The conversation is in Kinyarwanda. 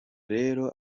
rero